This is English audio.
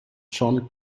john